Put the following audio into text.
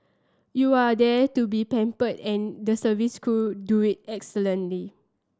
you are there to be pampered and the service crew do it excellently